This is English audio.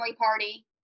Party